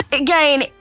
Again